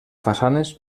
façanes